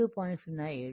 07 నేను 7